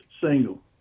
single